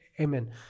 amen